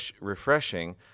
refreshing